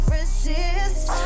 resist